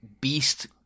beast